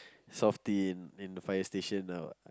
softie in the fire station